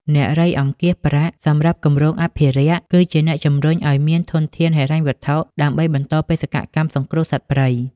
អ្នករៃអង្គាសប្រាក់ សម្រាប់គម្រោងអភិរក្ស គឺជាអ្នកជំរុញឱ្យមានធនធានហិរញ្ញវត្ថុដើម្បីបន្តបេសកកម្មសង្គ្រោះសត្វព្រៃ។